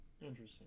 Interesting